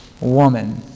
woman